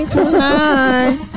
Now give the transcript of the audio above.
Tonight